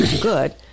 good